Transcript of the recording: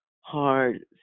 hard